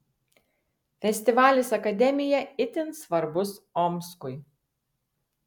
festivalis akademija itin svarbus omskui